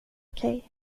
okej